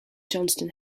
johnston